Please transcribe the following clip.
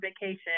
vacation